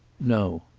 no.